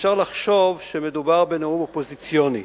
ואפשר לחשוב שמדובר בנאום אופוזיציוני.